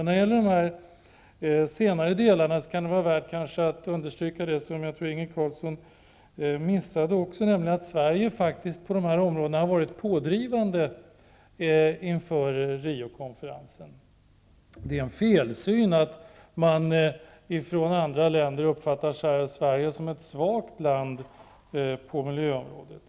När det gäller dessa senare delar kan det kanske vara värt att understryka något som jag tror att Inge Carlsson missade, nämligen att Sverige faktiskt har varit pådrivande på dessa områden inför Det är en felsyn att man i andra länder uppfattar Sverige som ett svagt land på miljöområdet.